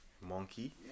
Monkey